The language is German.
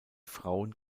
frauen